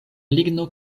ligno